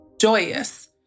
joyous